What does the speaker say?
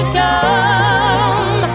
come